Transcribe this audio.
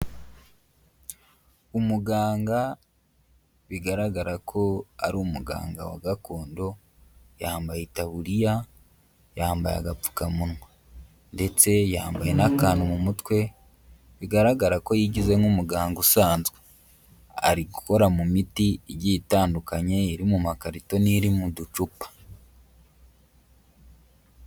Umuganga bigaragara ko ari umuganga wa gakondo, yambayetaburiya, yambaye agapfukamunwa, ndetse yambaye n'akantu mu mutwe bigaragara ko yigize nk'umuganga usanzwe, ari gukora mu miti igiye itandukanye, iri mu makarito n'iri mu ducupa.